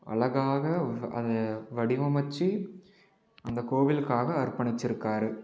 அழகாக அதை வடிவமைத்து அந்த கோவிலுக்காக அர்பணித்து இருக்கார்